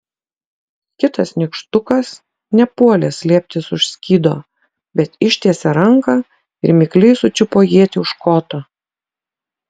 kitas nykštukas nepuolė slėptis už skydo bet ištiesė ranką ir mikliai sučiupo ietį už koto